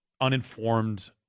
uninformed